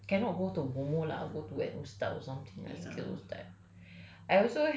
I think they maybe can but cannot go to bomoh lah go to an ustaz or something lah a skilled ustaz